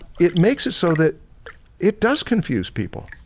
it makes it so that it does confuse people.